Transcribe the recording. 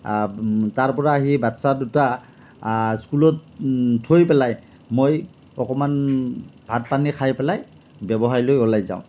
তাৰপৰা আহি বাচ্ছা দুটা স্কুলত থৈ পেলাই মই অকণমান ভাত পানী খাই পেলাই ব্যৱসায়লৈ উলাই যাওঁ